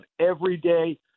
everyday